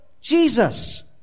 Jesus